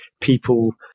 people